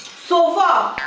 sofa